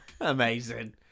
Amazing